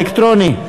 אלקטרוני.